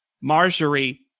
Marjorie